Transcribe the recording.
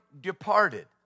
departed